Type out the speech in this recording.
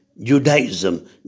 Judaism